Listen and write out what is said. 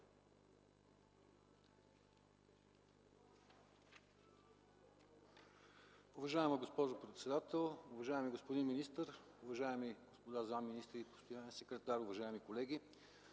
Уважаема госпожо председател, уважаеми господин министър, уважаеми господа заместник-министри, господин постоянен секретар, уважаеми колеги!